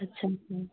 اچھا اچھا